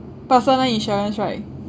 personal insurance right